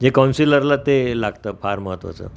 जे कौन्सिलरला ते लागतं फार महत्त्वाचं